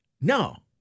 No